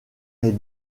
est